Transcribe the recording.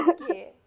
Okay